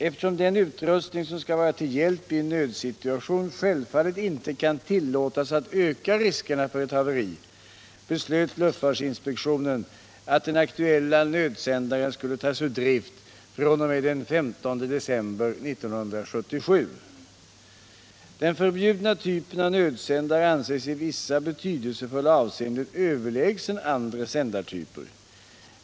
Eftersom den utrustning som skall vara till hjälp i en nödsituation självfallet inte kan tillåtas att öka riskerna för ett haveri, beslöt luftfartsinspektionen att den aktuella nödsändaren skulle tas ur drift fr.o.m. den 13 december 1977. Den förbjudna typen av nödsändare anses i vissa betydelsefulla avseenden överlägsen andra sändartyper.